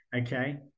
okay